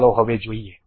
ચાલો હવે જોઈએ